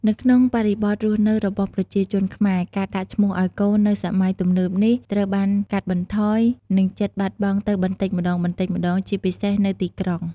នៅក្នុងបរិបទរស់នៅរបស់ប្រជាជនខ្មែរ ការដាក់ឈ្មោះឱ្យកូននៅសម័យទំនើបនេះ ត្រូវបានកាត់បន្ថយ និងជិតបាត់បង់ទៅបន្តិចម្ដងៗ ជាពិសេសនៅទីក្រុង។